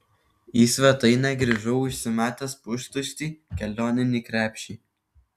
į svetainę grįžau užsimetęs pustuštį kelioninį krepšį